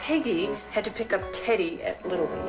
peggy had to pick up teddy at little